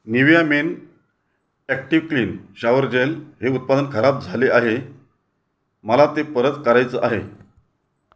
Nivea men active clean shower gel हे उत्पादन खराब झाले आहे मला ते परत करायचं आहे